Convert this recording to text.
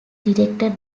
directed